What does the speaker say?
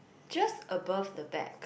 just above the back